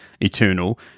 Eternal